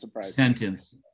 sentence